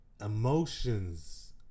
emotions